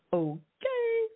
okay